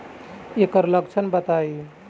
ऐकर लक्षण बताई?